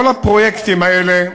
כל הפרויקטים האלה,